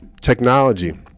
technology